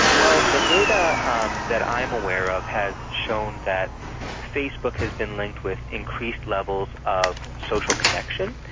well, the data um that i'm aware of has shown that facebook has been linked with increased levels of social connection,